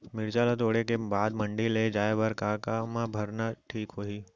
मिरचा ला तोड़े के बाद मंडी ले जाए बर का मा भरना ठीक होही?